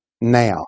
now